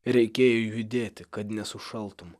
reikėjo judėti kad nesušaltum